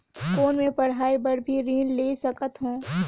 कौन मै पढ़ाई बर भी ऋण ले सकत हो?